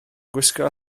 gwisgo